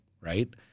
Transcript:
right